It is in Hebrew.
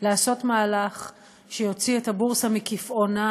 לעשות מהלך שיוציא את הבורסה מקיפאונה,